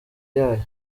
yayo